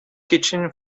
kitchen